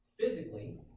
physically